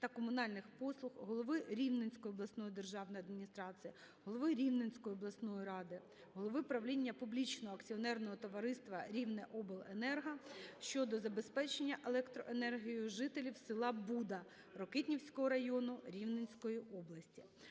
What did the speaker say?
та комунальних послуг, голови Рівненської обласної державної адміністрації, голови Рівненської обласної ради, голови правління Публічного акціонерного товариства "Рівнеобленерго" щодо забезпечення електроенергією жителів села Буда Рокитнівського району Рівненської області.